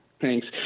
Thanks